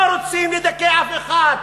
לדכא אף אחד,